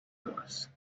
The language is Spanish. mexicano